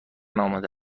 آماده